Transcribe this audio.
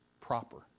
proper